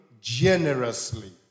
generously